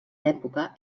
època